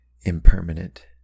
impermanent